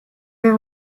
all